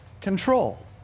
control